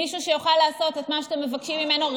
מישהו שיוכל לעשות את מה שאתם מבקשים ממנו.